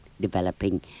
developing